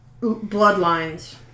bloodlines